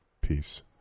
Peace